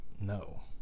No